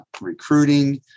recruiting